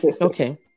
Okay